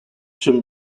jim